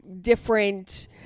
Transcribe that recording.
different